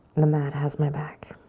the mat has my back.